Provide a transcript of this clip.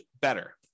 Better